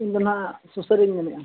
ᱤᱧ ᱫᱚ ᱱᱟᱦᱟᱜ ᱥᱩᱥᱟᱹᱨᱤᱧ ᱢᱮᱱᱮᱜᱼᱟ